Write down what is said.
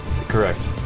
Correct